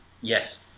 yes